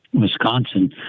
Wisconsin